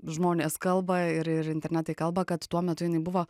žmonės kalba ir ir internetai kalba kad tuo metu jinai buvo